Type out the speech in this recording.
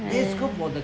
!haiya!